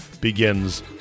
begins